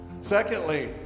Secondly